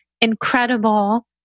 incredible